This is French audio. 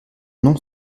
non